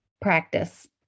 practice